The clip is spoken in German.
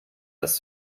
das